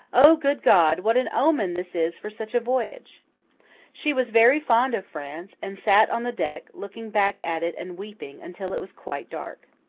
o! good god! what an omen this is for such a voyage she was very fond of france, and sat on the deck, looking back at it and weeping, until it was quite dark.